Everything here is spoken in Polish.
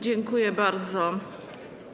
Dziękuję bardzo.